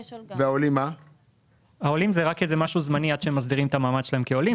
לעולים זה משהו זמני עד שהם מסדירים את המעמד שלהם כעולים.